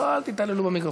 לא, אל תתעללו במיקרופון.